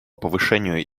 повышению